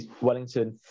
Wellington